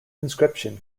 inscription